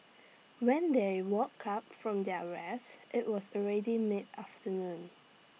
when they woke up from their rest IT was already mid afternoon